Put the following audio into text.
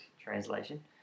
translation